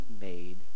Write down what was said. made